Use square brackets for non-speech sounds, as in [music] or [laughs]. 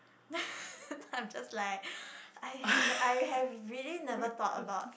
then [laughs] then I'm just like I have I have really never thought about